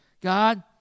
God